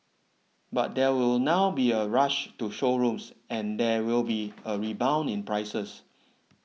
but there will now be a rush to showrooms and there will be a rebound in prices